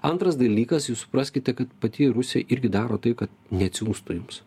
antras dalykas jūs supraskite kad pati rusija irgi daro taip kad neatsiųstų jums